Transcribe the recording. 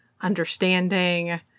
understanding